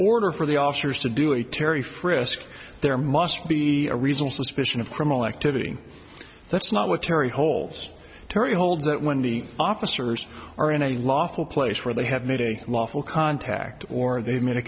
order for the officers to do a terry frisk there must be a reasonable suspicion of criminal activity that's not what terri holds terri holds that when the officers are in a lawful place where they have made a lawful contact or they've made a